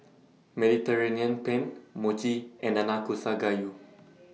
Mediterranean Penne Mochi and Nanakusa Gayu